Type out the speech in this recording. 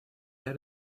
had